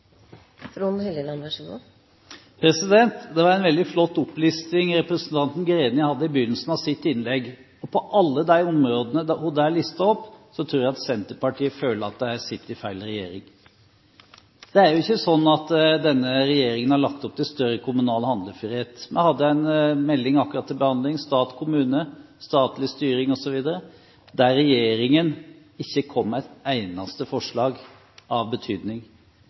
Det var en veldig flott opplisting representanten Greni hadde i begynnelsen av sitt innlegg, og på alle de områdene hun der listet opp, tror jeg at Senterpartiet føler at de sitter i feil regjering. Det er jo ikke slik at denne regjeringen har lagt opp til større kommunal handlefrihet. Vi hadde nylig til behandling en melding om stat og kommune, statlig styring osv., der regjeringen ikke kom med et eneste forslag av betydning.